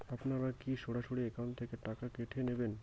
আপনারা কী সরাসরি একাউন্ট থেকে টাকা কেটে নেবেন?